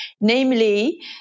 namely